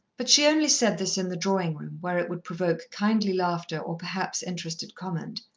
but she only said this in the drawing-room, where it would provoke kindly laughter or perhaps interested comment.